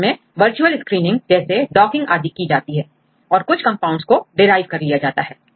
अंत में virtual screening जैसे docking आदि की जाती है और कुछ कंपाउंड्स को derive कर लिया जाता है